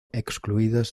excluidas